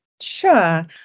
Sure